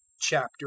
Chapter